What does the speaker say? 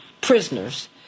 prisoners